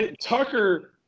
Tucker